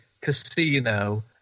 Casino